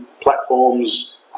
platforms